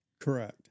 Correct